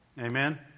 Amen